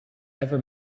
ever